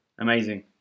amazing